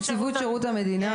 נציבות שירות המדינה,